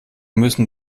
müssen